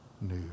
new